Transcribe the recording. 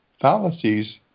fallacies